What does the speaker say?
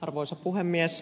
arvoisa puhemies